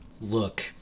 look